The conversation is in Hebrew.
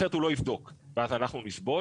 אחרת הוא לא יבדוק ואז אנחנו נסבול.